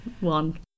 one